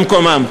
במקומם.